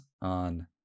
on